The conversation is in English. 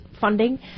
funding